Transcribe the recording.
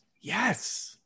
Yes